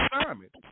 assignment